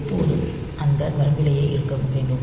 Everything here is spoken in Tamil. எப்போதும் அந்த வரம்பிலெயே இருக்க வேண்டும்